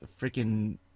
freaking